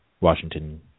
Washington